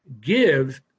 gives